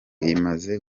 imaze